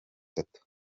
itanu